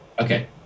okay